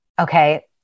okay